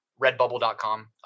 Redbubble.com